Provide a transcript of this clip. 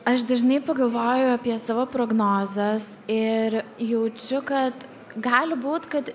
aš dažnai pagalvoju apie savo prognozes ir jaučiu kad gali būt kad